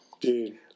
Dude